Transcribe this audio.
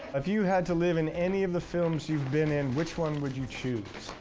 if you had to live in any of the films you've been in, which one would you choose?